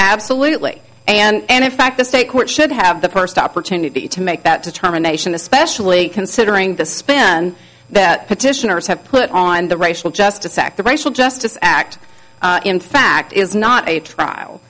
absolutely and in fact the state court should have the first opportunity to make that determination especially considering the spin that petitioners have put on and the racial justice act the racial justice act in fact is not a trial